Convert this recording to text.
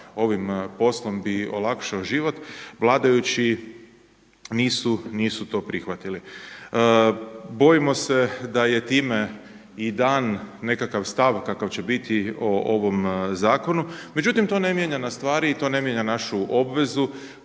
ovim poslom bi olakšao život, vladajući nisu to prihvatili. Bojimo se da je time i dan nekakav stav kakav će biti o ovom zakonu međutim to ne mijenja na stvari i to ne mijenja našu obvezu